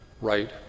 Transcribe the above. right